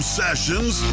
sessions